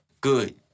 good